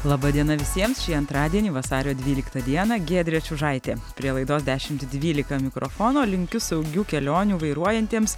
laba diena visiems šį antradienį vasario dvyliktą dieną giedrė čiužaitė prie laidos dešimt dvylika mikrofono linkiu saugių kelionių vairuojantiems